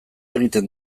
egiten